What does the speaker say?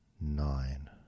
Nine